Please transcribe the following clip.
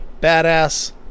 Badass